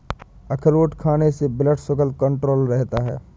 अखरोट खाने से ब्लड शुगर कण्ट्रोल रहता है